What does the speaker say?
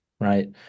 right